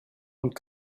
und